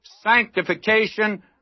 sanctification